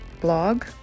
blog